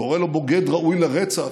קורא לו: בוגד ראוי לרצח.